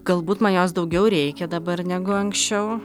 galbūt man jos daugiau reikia dabar negu anksčiau